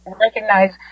recognize